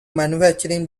manufacturing